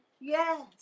Yes